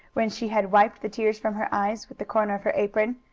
when she had wiped the tears from her eyes with the corner of her apron.